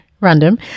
random